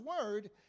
word